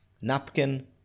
napkin